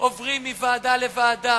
עוברים מוועדה לוועדה